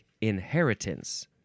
inheritance